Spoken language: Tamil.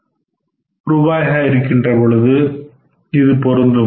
675 ரூபாயாக இருக்கின்ற பொழுது இது பொருந்தும்